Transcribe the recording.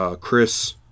Chris